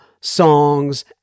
songs